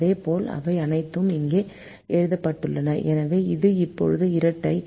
இதேபோல் அவை அனைத்தும் இங்கே எழுதப்பட்டுள்ளன எனவே இது இப்போது இரட்டை